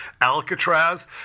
Alcatraz